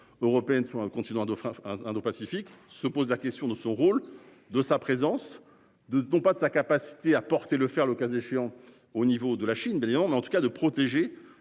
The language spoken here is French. européenne soit un continent offrir indopacifique se pose la question de son rôle de sa présence de non pas de sa capacité à porter le fer, le cas échéant au niveau de la Chine. Ben dis donc mais en tout cas, de protéger